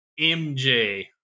MJ